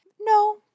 No